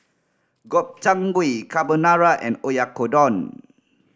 Gobchang Gui Carbonara and Oyakodon